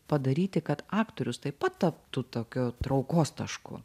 padaryti kad aktorius taip pat taptų tokiu traukos tašku